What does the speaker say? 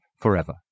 forever